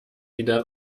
wieder